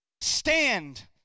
stand